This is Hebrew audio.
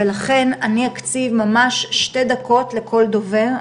ולכן אני אקציב שתי דקות לכל דובר.